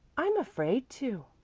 i'm afraid to,